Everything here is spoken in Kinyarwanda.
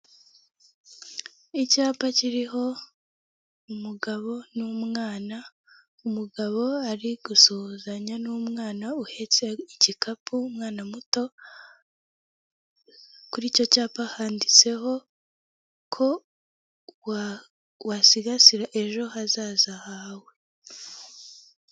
Icyapa kiriho umugabo n'umwana, umugabo ari gusuhuzanya n'umwana uhetse igikapu umwana muto, kuri icyo cyapa handitseho ko wasigasira ejo hazaza hawe.